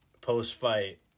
post-fight